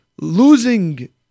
losing